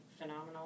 phenomenal